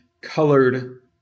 colored